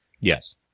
Yes